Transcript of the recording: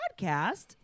podcast